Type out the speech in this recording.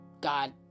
God